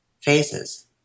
phases